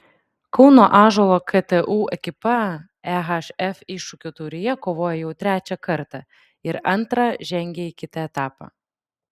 kauno ąžuolo ktu ekipa ehf iššūkio taurėje kovoja jau trečią kartą ir antrą žengė į kitą etapą